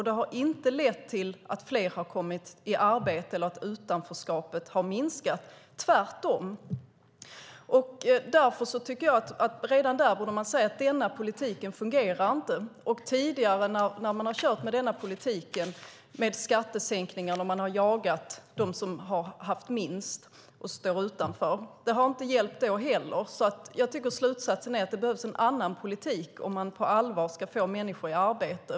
Det har inte lett till att fler har kommit i arbete eller att utanförskapet har minskat - tvärtom. Därför tycker jag att man redan där borde se att den här politiken inte fungerar. Tidigare när man har kört med den här politiken - skattesänkningar och att jaga dem som har haft minst och står utanför - har det inte heller hjälpt. Jag tycker alltså att slutsatsen är att det behövs en annan politik om man på allvar ska få människor i arbete.